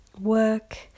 work